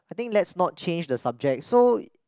I think let's not change the subject so